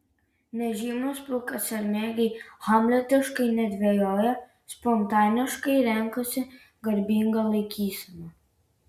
nežymūs pilkasermėgiai hamletiškai nedvejoja spontaniškai renkasi garbingą laikyseną